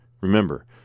Remember